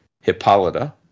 Hippolyta